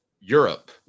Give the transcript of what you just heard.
Europe